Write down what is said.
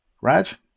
Raj